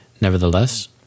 Nevertheless